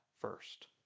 first